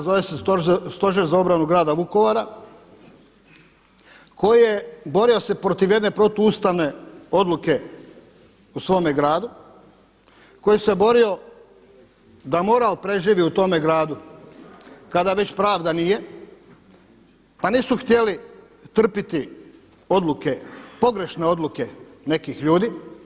Zove se Stožer za obranu grada Vukovara koji je borio se protiv jedne protu ustavne odluke u svome gradu, koji se borio da mora da preživi u tome gradu kada već pravda nije pa nisu htjeli trpiti odluke, pogrešne odluke nekih ljudi.